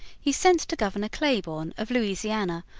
he sent to governor claiborne, of louisiana,